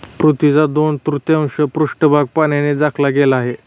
पृथ्वीचा दोन तृतीयांश पृष्ठभाग पाण्याने झाकला गेला आहे